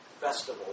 festival